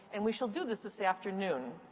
and we shall do this this afternoon.